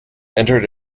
entered